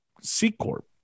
C-Corp